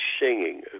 singing